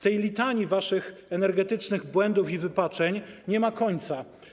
Tej litanii waszych energetycznych błędów i wypaczeń nie ma końca.